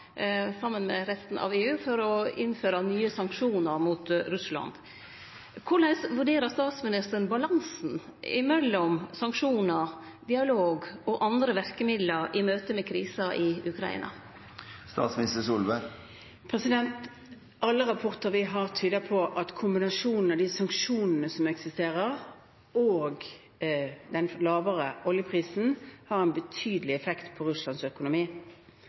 med resten av EU, å innføre nye sanksjonar mot Russland. Korleis vurderer statsministeren balansen mellom sanksjonar, dialog og andre verkemiddel i møte med krisa i Ukraina? Alle rapporter vi har, tyder på at kombinasjonen av de sanksjonene som eksisterer, og den lavere oljeprisen, har en betydelig effekt på Russlands økonomi.